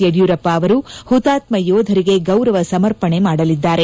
ಯಡಿಯೂರಪ್ಪ ಅವರು ಹುತಾತ್ಮ ಯೋಧರಿಗೆ ಗೌರವ ಸಮರ್ಪಣೆ ಮಾಡಲಿದ್ದಾರೆ